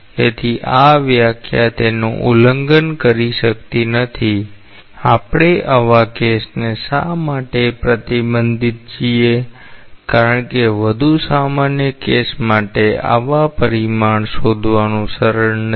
તેથી આ વ્યાખ્યા તેનું ઉલ્લંઘન કરી શકતી નથી આપણે આવા કેસ ને શા માટે પ્રતિબંધિત છીએ કારણ કે વધુ સામાન્ય કેસ માટે આવા પરિમાણ શોધવાનું સરળ નથી